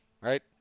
right